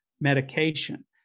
medication